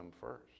first